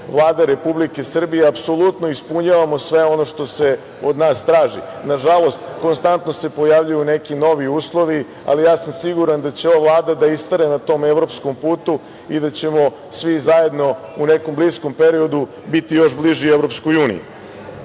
Vlada Republike Srbije apsolutno ispunjavamo sve ono što se od nas traži. Nažalost, konstantno se pojavljuju neki novi uslovi, ali ja sam siguran da će ova Vlada da istraje na tom evropskom putu i da ćemo svi zajedno u nekom bliskom periodu biti još bliži EU.Mnogi